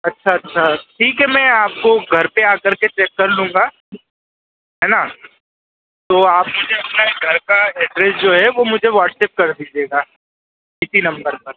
अच्छा अच्छा ठीक ए मैं आपको घर पर आकर चेक कर लूँगा है ना तो आप मुझे अपना एक घर का एड्रेस जो है वह मुझे व्हाट्सऐप कर दीजिएगा इसी नम्बर पर